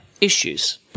Issues